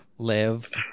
live